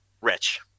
Rich